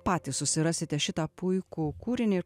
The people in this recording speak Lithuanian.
patys susirasite šitą puikų kūrinį ir